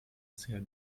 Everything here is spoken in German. sehr